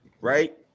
right